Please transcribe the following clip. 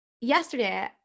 yesterday